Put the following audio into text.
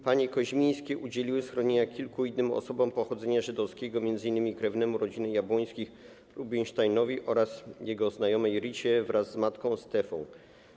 Panie Koźmińskie udzieliły schronienia kilku innym osobom pochodzenia żydowskiego, m.in. krewnemu rodziny Jabłońskich Rubinsteinowi oraz jego znajomej Ricie wraz z matką Stefą.